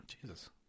Jesus